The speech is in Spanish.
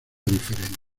diferencia